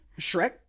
Shrek